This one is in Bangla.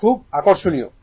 এটা খুব আকর্ষণীয়